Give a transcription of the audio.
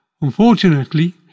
Unfortunately